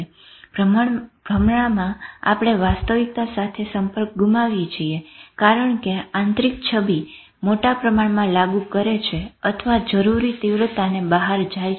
ભ્રમણામાં આપણે વાસ્તવિકતા સાથે સંપર્ક ગુમાવી છીએ કારણ કે આંતરિક છબી મોટા પ્રમાણમાં લાગુ કરે છે અથવા જરૂરી તીવ્રતાની બહાર જાય છે